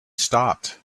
stopped